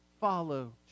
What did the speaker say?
follow